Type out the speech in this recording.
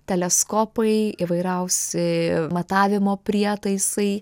teleskopai įvairiausi matavimo prietaisai